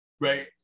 Right